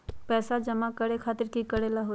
पैसा जमा करे खातीर की करेला होई?